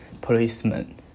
policeman